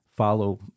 Follow